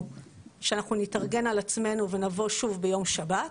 שאנחנו נתארגן על עצמנו ונבוא שוב ביום שבת,